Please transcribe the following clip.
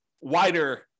wider